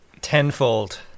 tenfold